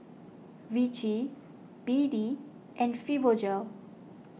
Vichy B D and Fibogel